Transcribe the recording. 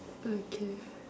okay